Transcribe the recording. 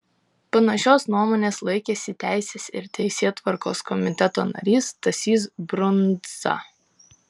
panašios nuomonės laikėsi teisės ir teisėtvarkos komiteto narys stasys brundza